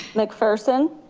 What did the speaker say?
mcpherson.